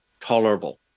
tolerable